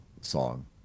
song